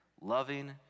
loving